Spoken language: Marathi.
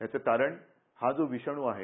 त्याचं कारण हा जो विषाणू आहे